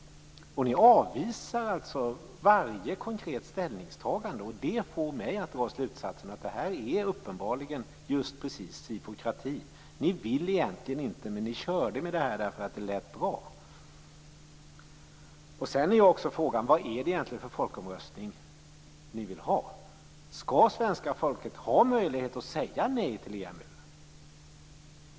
Ni avvisar alltså varje konkret ställningstagande. Det får mig att dra slutsatsen att det här uppenbarligen är precis som sifokrati. Ni ville egentligen inte, men ni körde med det här därför att det lät bra. Frågan är: Vad är det egentligen för folkomröstning ni vill ha? Skall svenska folket ha möjlighet att säga nej till EMU?